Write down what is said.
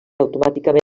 automàticament